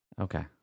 okay